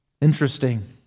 interesting